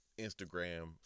Instagram